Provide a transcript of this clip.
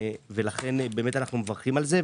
לכן אנחנו מברכים על הצעת החוק.